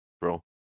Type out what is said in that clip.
bro